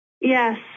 Yes